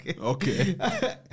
Okay